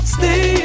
Stay